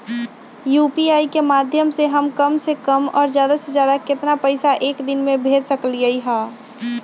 UPI के माध्यम से हम कम से कम और ज्यादा से ज्यादा केतना पैसा एक दिन में भेज सकलियै ह?